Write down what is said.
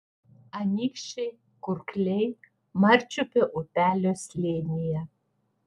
anykščiai kurkliai marčiupio upelio slėnyje